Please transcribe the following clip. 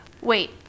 Wait